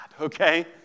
okay